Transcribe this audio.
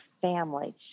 family